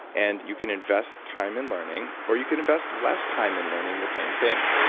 and you can invest time in learning, or you can invest less time in learning the same thing.